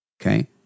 Okay